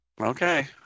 Okay